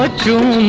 ah to